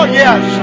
yes